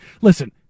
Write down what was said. Listen